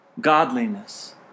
godliness